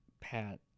Pat